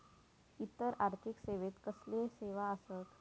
इतर आर्थिक सेवेत कसले सेवा आसत?